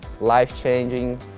life-changing